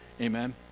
Amen